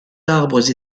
arbres